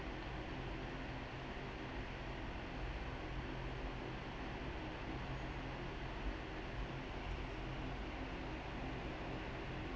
s